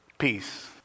peace